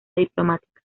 diplomática